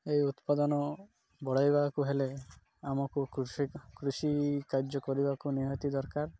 ଏହି ଉତ୍ପାଦନ ବଢ଼ାଇବାକୁ ହେଲେ ଆମକୁ କୃଷ କୃଷି କାର୍ଯ୍ୟ କରିବାକୁ ନିହାତି ଦରକାର